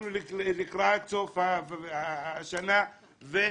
אנחנו לקראת סוף השנה,